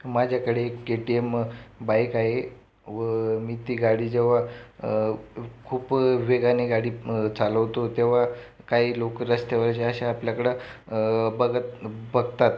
माझ्याकडे एक K T M bike आहे व मी ती गाडी जेव्हा खूप वेगाने गाडी चालवतो तेव्हा काही लोक रस्त्यावरील असे आपल्याकडं बघत बघतात